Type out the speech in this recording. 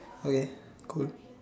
okay cool